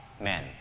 men